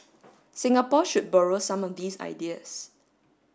Singapore should borrow some of these ideas